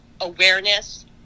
awareness